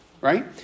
right